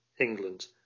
England